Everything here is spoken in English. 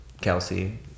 Kelsey